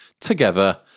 together